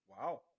Wow